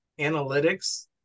analytics